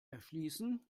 erschließen